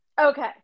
Okay